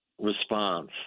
response